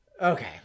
Okay